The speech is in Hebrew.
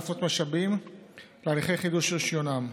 להפנות משאבים להליכי חידוש רישיונם.